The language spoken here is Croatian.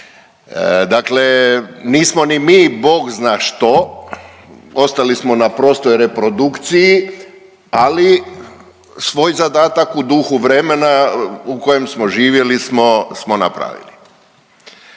Dakle nismo ni mi Bog zna što, ostali smo na prostoj reprodukciji, ali svoj zadatak u duhu vremena u kojem smo živjeli smo napravili.